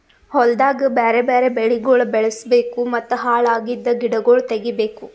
ಹೊಲ್ದಾಗ್ ಬ್ಯಾರೆ ಬ್ಯಾರೆ ಬೆಳಿಗೊಳ್ ಬೆಳುಸ್ ಬೇಕೂ ಮತ್ತ ಹಾಳ್ ಅಗಿದ್ ಗಿಡಗೊಳ್ ತೆಗಿಬೇಕು